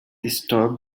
disturbed